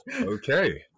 okay